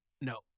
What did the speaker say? No